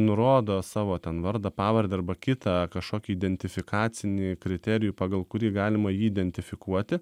nurodo savo ten vardą pavardę arba kitą kažkokį identifikacinį kriterijų pagal kurį galima jį identifikuoti